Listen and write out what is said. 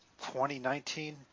2019